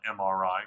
MRI